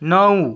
नऊ